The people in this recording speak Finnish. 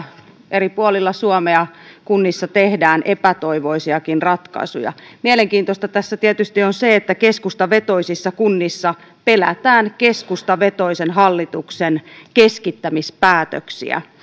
eri puolilla suomea kunnissa tehdään epätoivoisiakin ratkaisuja mielenkiintoista tässä tietysti on se että keskustavetoisissa kunnissa pelätään keskustavetoisen hallituksen keskittämispäätöksiä